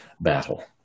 battle